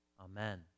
amen